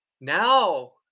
Now